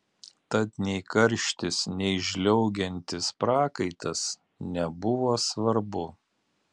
tad nei karštis nei žliaugiantis prakaitas nebuvo svarbu